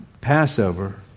Passover